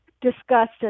discussed